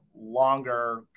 longer